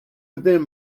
within